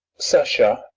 sasha,